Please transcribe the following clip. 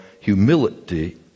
humility